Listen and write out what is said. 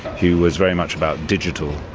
who was very much about digital.